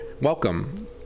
Welcome